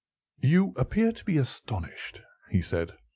you appear to be astonished, he said,